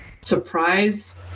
surprise